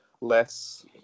less